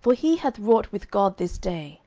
for he hath wrought with god this day.